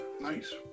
Nice